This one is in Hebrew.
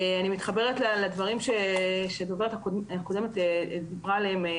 אני מתחברת לדברים שהדוברת הקודמת דיברה עליהם,